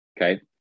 okay